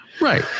Right